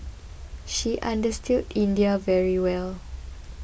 she understood India very well